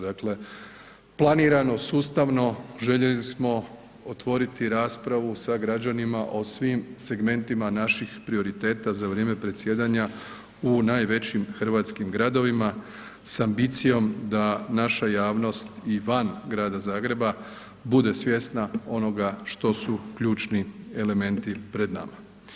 Dakle, planirano, sustavno željeli smo otvoriti raspravu sa građanima o svim segmentima naših prioriteta za vrijeme predsjedanja u najvećim hrvatskim gradovima s ambicijom da naša javnost i van Grada Zagreba bude svjesna onoga što su ključni elementi pred nama.